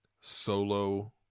solo